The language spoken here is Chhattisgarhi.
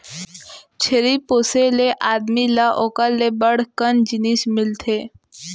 छेरी पोसे ले आदमी ल ओकर ले बड़ कन जिनिस मिलथे